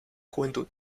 juventud